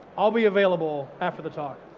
i'll be available after the talk.